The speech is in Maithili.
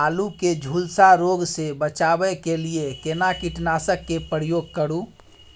आलू के झुलसा रोग से बचाबै के लिए केना कीटनासक के प्रयोग करू